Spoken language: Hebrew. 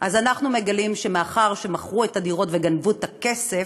אז אנחנו מגלים שמאחר שמכרו את הדירות וגנבו את הכסף,